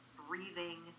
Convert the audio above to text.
breathing